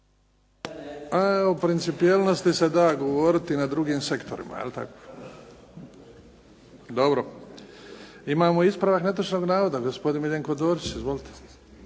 O principijelnosti se da govoriti na drugim sektorima. Dobro. Imamo ispravak netočnog navoda gospodin Miljenko Dorić. Izvolite.